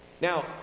Now